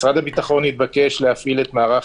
משרד הביטחון התבקש להפעיל את מערך